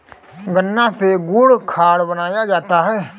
गन्ना से गुड़ खांड बनाया जाता है